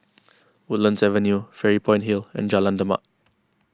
Woodlands Avenue Fairy Point Hill and Jalan Demak